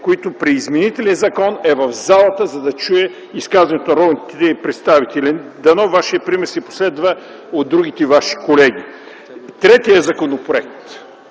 които при изменителен закон е в залата, за да чуе изказването на народните представители. Дано Вашият пример се последва от другите ваши колеги! Третият законопроект,